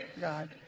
God